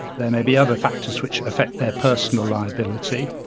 there may be other factors which affect their personal liability.